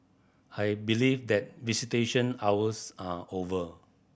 I believe that visitation hours are over